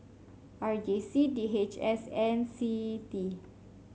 R J C D H S and CITI